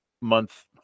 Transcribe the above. month